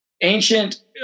ancient